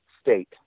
state